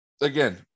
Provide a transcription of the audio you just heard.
Again